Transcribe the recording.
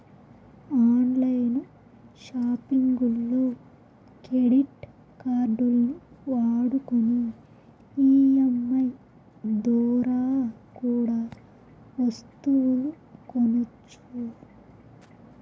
on line సాపింగుల్లో credit కార్డుల్ని వాడుకొని ఈ.ఎం.ఐ దోరా కూడా ఒస్తువులు కొనొచ్చు